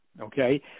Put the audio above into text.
okay